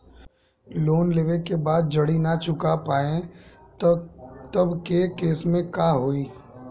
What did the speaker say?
Loan लेवे के बाद जड़ी ना चुका पाएं तब के केसमे का होई?